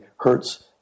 hurts